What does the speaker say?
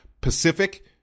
Pacific